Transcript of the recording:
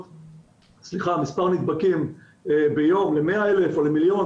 מספר נדבקים ביום ל-100,000 או למיליון,